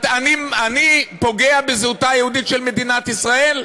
אני פוגע בזהותה היהודית של מדינת ישראל?